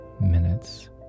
minutes